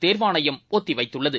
தேர்வாணையம் ஒத்திவைத்துள்ளது